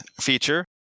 feature